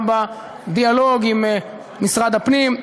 גם בדיאלוג עם משרד הפנים,